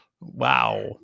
wow